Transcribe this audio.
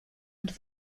und